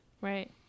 Right